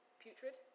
putrid